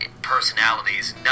Personalities